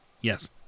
Yes